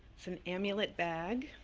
it's an amulet bag,